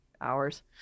hours